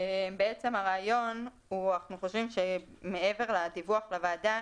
בעצם הרעיון אנחנו חושבים שמעבר לדיווח לוועדה